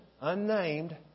unnamed